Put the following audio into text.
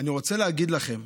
אני רוצה להגיד לכם: